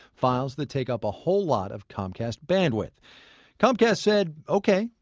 files that take up a whole lot of comcast bandwidth comcast said, ok,